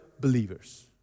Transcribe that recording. believers